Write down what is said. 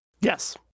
Yes